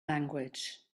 language